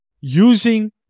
using